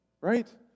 right